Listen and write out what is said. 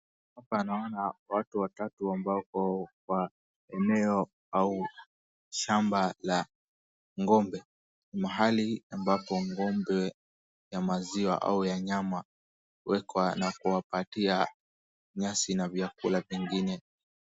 Hapa naona watu watatu ambao wako kwa eneo au shamba la ng'ombe , mahali ambapo ng'ombe ya maziwa au ya nyama huwekwa na kuwapatia nyasi na vyakula vingine.